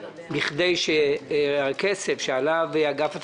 בכדי שהכסף שעליו אגף התקציבים,